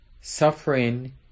suffering